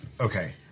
okay